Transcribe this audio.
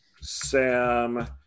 sam